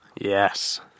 Yes